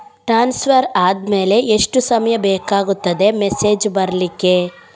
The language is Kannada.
ಟ್ರಾನ್ಸ್ಫರ್ ಆದ್ಮೇಲೆ ಎಷ್ಟು ಸಮಯ ಬೇಕಾಗುತ್ತದೆ ಮೆಸೇಜ್ ಬರ್ಲಿಕ್ಕೆ?